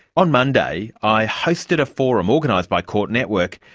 on monday i hosted a forum, organised by court network,